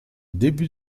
début